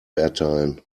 erteilen